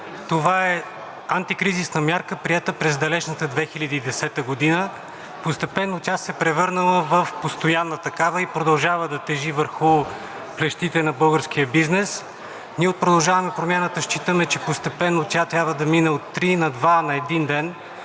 това е антикризисна мярка, приета през далечната 2010 г., постепенно тя се е превърнала в постоянна такава и продължава да тежи върху плещите на българския бизнес. Ние от „Продължаваме Промяната“ считаме, че постепенно тя трябва да мине от три на два,